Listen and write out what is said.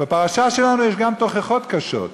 בפרשה שלנו יש גם תוכחות קשות,